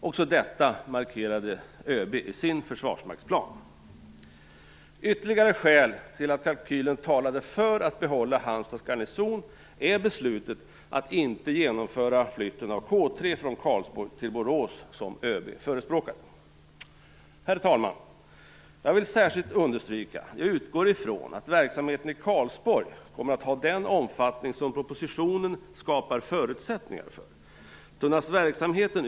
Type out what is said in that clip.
Också detta markerade ÖB i sin försvarsmaktsplan. Ett ytterligare skäl till att kalkylen talade för att behålla Halmstads garnison är beslutet att inte genomföra flytten av K 3 från Karlsborg till Borås som ÖB Herr talman! Jag vill särskilt understryka att jag utgår ifrån att verksamheten i Karlsborg kommer att ha den omfattning som det skapas förutsättningar för i propositionen.